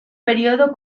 periodo